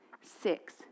six